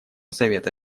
совета